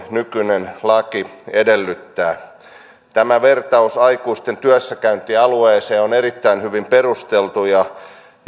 nykyinen laki edellyttää tämä vertaus aikuisten työssäkäyntialueeseen on erittäin hyvin perusteltu ja